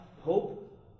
hope